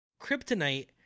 kryptonite